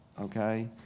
okay